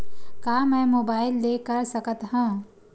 का मै मोबाइल ले कर सकत हव?